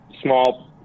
small